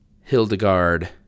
Hildegard